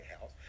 House